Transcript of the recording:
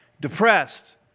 depressed